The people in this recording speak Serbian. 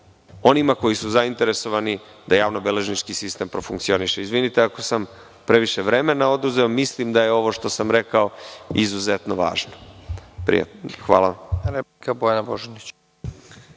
onima koji su zainteresovani da javno beležnički sistem profunkcioniše. Izvinite, ako sam previše vremena oduzeo, mislim da je ovo što sam rekao izuzetno važno. Hvala